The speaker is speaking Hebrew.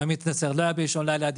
הדברור לא היה באישון לילה,